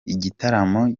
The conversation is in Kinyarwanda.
igitaramo